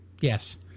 Yes